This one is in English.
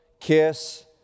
kiss